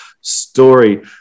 story